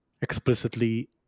explicitly